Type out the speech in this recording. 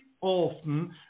often